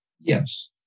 Yes